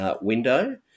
window